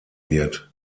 wird